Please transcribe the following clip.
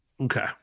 Okay